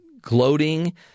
gloating